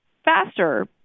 faster